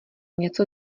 něco